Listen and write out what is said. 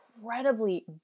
incredibly